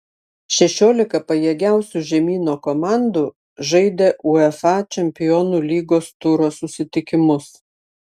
šešiolika pajėgiausių žemyno komandų žaidė uefa čempionų lygos turo susitikimus